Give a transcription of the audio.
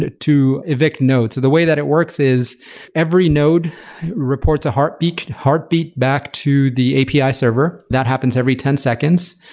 to to evict nodes. so the way that it works is every node reports a heartbeat heartbeat back to the api server. that happens every ten seconds.